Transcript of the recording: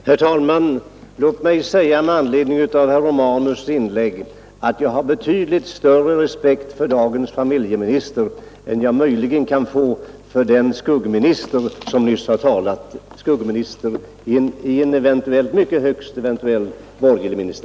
Herr talman! Låt mig med anledning av herr Romanus” inlägg säga, att jag har betydligt större respekt för dagens familjeminister än jag möjligen kan få för den skuggminister i en högst eventuell borgerlig ministär som nyss har talat.